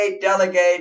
delegate